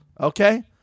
okay